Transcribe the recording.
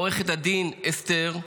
עורכת הדין אסתר,